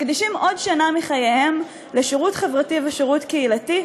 מקדישים עוד שנה מחייהם לשירות חברתי ושירות קהילתי,